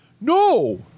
No